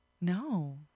No